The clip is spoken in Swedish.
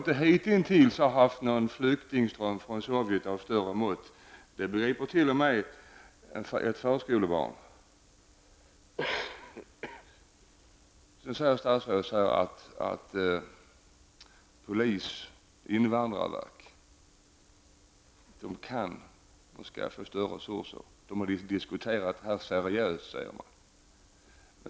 Att vi hittills inte har upplevt någon flyktingström från Sovjet av större mått begriper väl t.o.m. ett förskolebarn. Statsrådet säger att polis och invandrarverk kan hantera detta. De har diskuterat frågan seriöst, säger man.